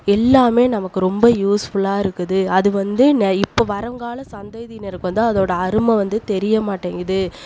எல்லாமே நமக்கு ரொம்ப யூஸ்ஃபுல்லாகருக்குது அது வந்து இப்போ வருங்கால சந்ததியினருக்கு வந்து அதோடய அருமை வந்து தெரியமாட்டேங்குது